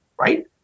Right